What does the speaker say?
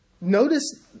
notice